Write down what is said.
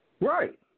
Right